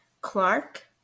Clark